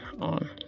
on